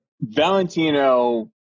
Valentino